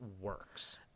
works